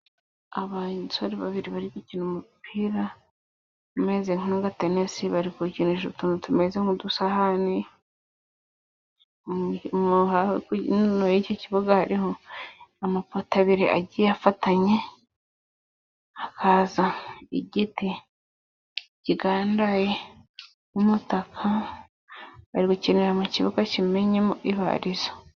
Abasore babiri bari gukina umupira, umeze nk'agatenesi, bari kukinisha utuntu tumeze nk'udusahane, hino y'iki kibuga hariho amapota abiri agiye afatanye, hakaza igiti kigandaye nk'umutaka， bari gukinira mu kibuga kimennyemo ibarizo.